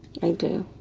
i do.